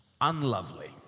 unlovely